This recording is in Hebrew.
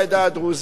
תודה רבה.